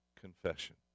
confession